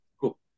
cool